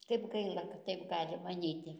kaip gaila kad taip gali manyti